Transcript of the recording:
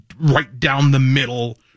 right-down-the-middle